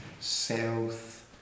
south